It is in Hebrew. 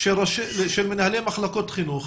של מנהלי מחלקות חינוך.